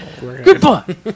Goodbye